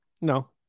No